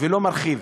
ולא מרחיב.